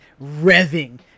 revving